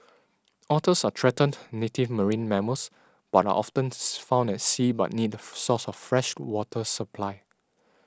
otters are threatened native marine mammals and are often found at sea but need a source of fresh water supply